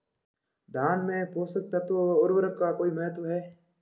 धान में पोषक तत्वों व उर्वरक का कोई महत्व है?